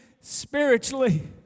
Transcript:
spiritually